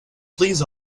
please